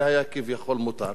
זה היה כביכול מותר.